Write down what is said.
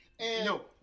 No